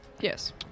Yes